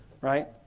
right